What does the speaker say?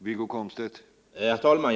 Herr talman!